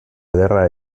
ederra